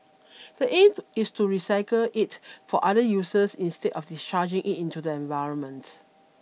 the aim is to recycle it for other users instead of discharging it into the environment